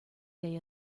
day